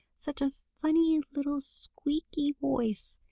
such a funny little squeaky voice,